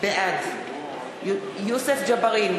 בעד יוסף ג'בארין,